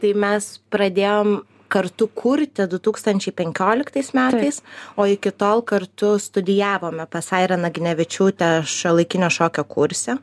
tai mes pradėjom kartu kurti du tūkstančiai penkioliktais metais o iki tol kartu studijavome pas airą naginevičiūtę šiuolaikinio šokio kurse